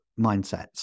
mindsets